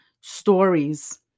stories